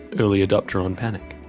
early adopter on panic.